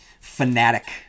fanatic